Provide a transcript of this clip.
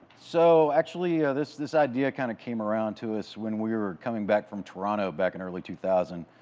so, actually, ah this this idea kind of came around to us when we were coming back from toronto back in early two thousand.